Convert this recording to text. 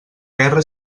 guerra